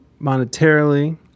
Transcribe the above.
monetarily